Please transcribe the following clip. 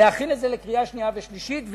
להכין את זה לקריאה שנייה וקריאה שלישית.